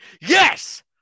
Yes